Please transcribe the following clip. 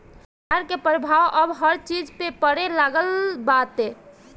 बाजार के प्रभाव अब हर चीज पे पड़े लागल बाटे